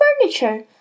furniture